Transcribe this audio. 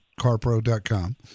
carpro.com